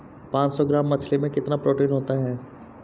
पांच सौ ग्राम मछली में कितना प्रोटीन होता है?